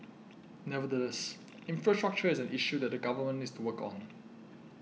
nevertheless infrastructure is an issue that the government needs to work on